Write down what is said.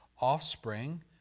offspring